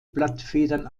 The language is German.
blattfedern